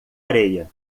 areia